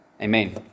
Amen